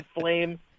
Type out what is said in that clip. flame